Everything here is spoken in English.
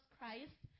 Christ